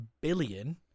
billion